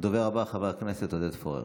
הדובר הבא חבר הכנסת עודד פורר.